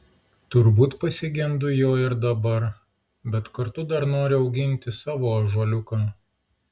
turbūt pasigendu jo ir dabar bet kartu dar noriu auginti savo ąžuoliuką